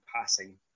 passing